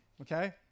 okay